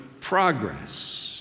progress